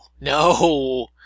No